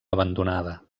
abandonada